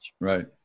Right